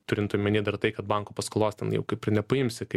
turint omeny dar ir tai kad banko paskolos ten jau kaip ir nepaimsi kaip